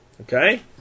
Okay